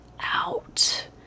Out